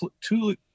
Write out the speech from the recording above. two